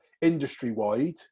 industry-wide